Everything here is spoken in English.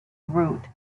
beirut